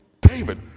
David